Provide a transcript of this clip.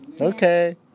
Okay